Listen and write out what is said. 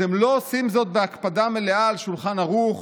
אז הם לא עושים זאת בהקפדה מלאה על שולחן ערוך,